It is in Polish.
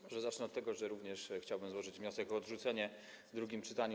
Może zacznę od tego, że również chciałbym złożyć wniosek o odrzucenie tej ustawy w drugim czytaniu.